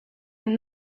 and